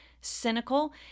cynical